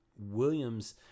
Williams